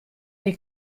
dei